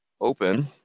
open